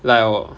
like one